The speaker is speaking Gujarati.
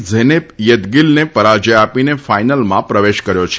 ઝેનેપ યેતગીલને પરાજય આપીને ફાઈનલમાં પ્રવેશ કર્યો છે